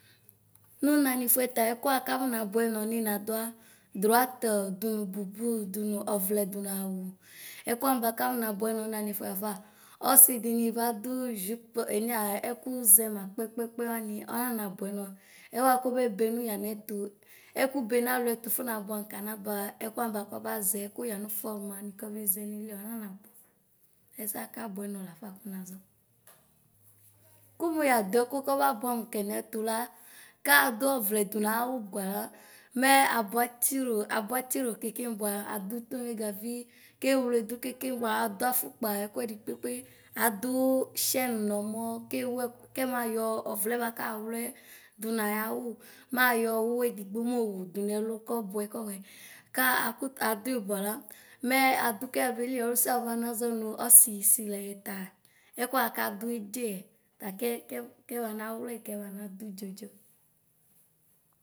Nʋ nani fʋɛ ta ɛkʋɛ wa kafana bʋɛnɔ ninadʋa drʋat dʋnʋ bʋbʋ dʋnʋ ɔvlɛ dʋnʋ awʋ ɛkʋwanɩ kafɔ nabʋɛ nɔ lafa ɔsidini badʋ ɣup enyua ɛkʋzɛ ma kpɛkpɛ ani ɔnana bʋɛ nɔ ɛkʋ wa kɔbebe nʋ yanɛtʋ ɛkʋte nalʋ ɛtʋ eakɔ nabʋɛ mʋ kana ba ɛkʋ wa kɔba zɛ kʋyanʋ fɔrm wanɩ kɔbeze neli ɔnanabʋɛ ɛsɛ kabʋɛnɔ lafa kʋnazɔ kʋmʋ yadʋ ɛkʋ kɔbabʋɛ amʋ kɛ nɛtʋ la kadʋ ɔvlɛ dʋnawʋ bʋɛ la mɛ abʋa tsino kekembʋa adʋ tomegavi kewle dʋ keke bʋa adʋ afʋkpa ɛkʋ ɛdɩ kpekpe adʋ shɛn mɔmɔ kewʋ ɛkʋ kmayɔ ɔwlɛ bʋakʋ ɔwlɛ dʋnʋ ayawʋ mayɔ ʋwɔ edigbo mowʋ dʋnʋ ɛlʋ kɔbʋɛ kɔbʋɛ ka akʋtʋ adui bʋala mɛ adʋ kɛya beli bʋala alʋsia ɔlʋ bana zɔnʋ ɔsi sisi layɛ ta ɛkʋ wa kadʋ edzeyɛ kɛkɛ bana wlɛka banadʋ dzodzo.